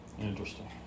interesting